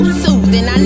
soothing